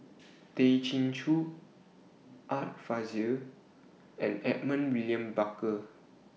Tay Chin Joo Art Fazil and Edmund William Barker